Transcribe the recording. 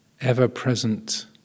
ever-present